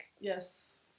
Yes